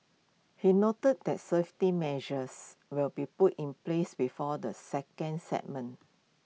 he noted that safety measures will be put in place before the second segment